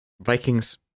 Vikings